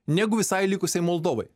negu visai likusiai moldovai